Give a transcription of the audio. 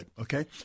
okay